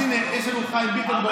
תעשה לו שולחן.